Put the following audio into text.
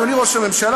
אדוני ראש הממשלה,